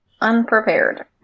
Unprepared